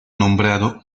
nombrado